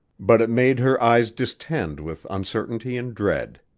but it made her eyes distend with uncertainty and dread.